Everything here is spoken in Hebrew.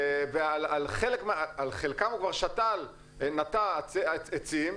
ועל חלקם הוא כבר נטע עצים,